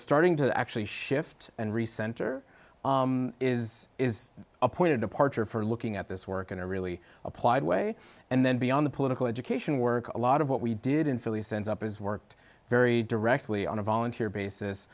starting to actually shift and re center is is a point of departure for looking at this work in a really applied way and then beyond the political education work a lot of what we did in philly stands up as worked very directly on a volunteer basis